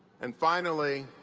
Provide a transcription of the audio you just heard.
and finally,